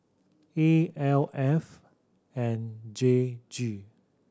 A L F and J G